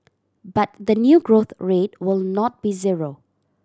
but the new growth rate will not be zero